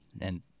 and-